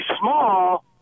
small